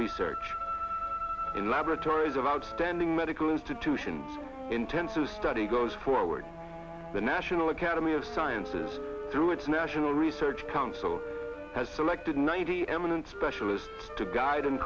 research laboratories of outstanding medical institutions intensive study goes forward the national academy of sciences through its national research council has selected ninety eminent specialists to guide